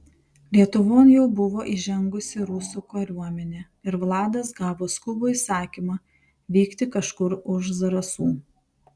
lietuvon jau buvo įžengusi rusų kariuomenė ir vladas gavo skubų įsakymą vykti kažkur už zarasų